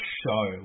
show